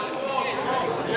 יש